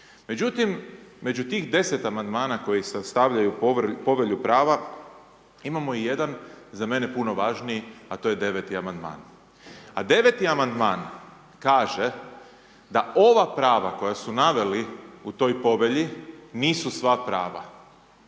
Međutim, među tih 10 amandmana koji sastavljaju Povelju prava imamo i jedan za mene puno važniji a to je deveti amandman. A deveti amandman kaže da ova prava koja su naveli u toj povelji nisu sva prava,